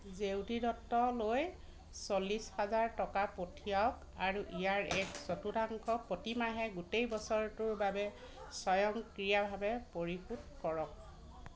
জেউতি দত্তলৈ চল্লিছ হাজাৰ টকা পঠিয়াওক আৰু ইয়াৰ এক চতুৰ্থাংশ প্ৰতিমাহে গোটেই বছৰটোৰ বাবে স্বয়ংক্ৰিয়ভাৱে পৰিশোধ কৰক